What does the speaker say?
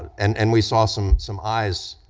and and we saw some some eyes